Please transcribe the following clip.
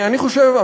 אני חושב,